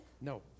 No